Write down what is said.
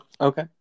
Okay